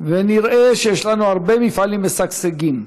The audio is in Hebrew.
ונראה שיש לנו הרבה מפעלים משגשגים,